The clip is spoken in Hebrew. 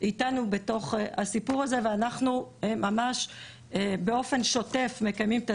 אתנו בתוך הסיפור הזה ואנחנו מקיימים את השיח הזה ממש באופן שוטף.